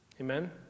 Amen